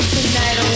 Tonight